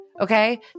okay